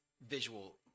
visual